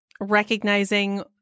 recognizing